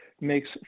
makes